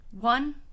One